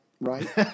Right